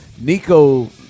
Nico